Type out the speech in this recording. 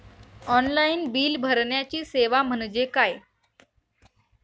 Online bill भरण्याची सेवा म्हणजे काय?